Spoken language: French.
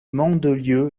mandelieu